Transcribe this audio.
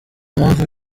mpamvu